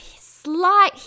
slight